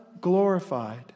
glorified